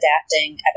adapting